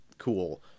cool